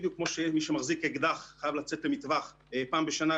בדיוק כמו שמי שמחזיק אקדח חייב לצאת למטווח פעם בשנה,